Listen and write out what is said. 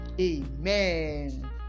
Amen